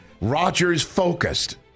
Rodgers-focused